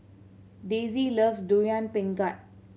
Daisye loves Durian Pengat